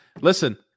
listen